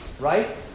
right